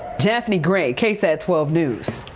japhanie gray ksat twelve news.